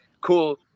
cool